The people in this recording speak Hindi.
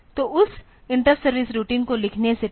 तो उस इंटरप्ट सर्विस रूटीन को लिखने से पहले